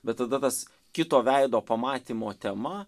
bet tada tas kito veido pamatymo tema